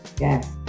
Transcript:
Yes